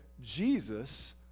Jesus